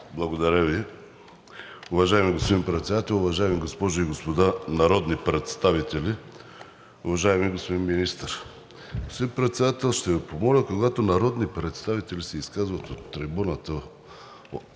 Благодаря Ви. Уважаеми господин Председател, уважаеми госпожи и господа народни представители, уважаеми господин Министър! Господин Председател, ще Ви помоля, когато народни представители се изказват от трибуната